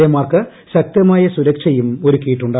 A mark ശക്തമായ സുരക്ഷയും ഒരുക്കിയിട്ടുണ്ട്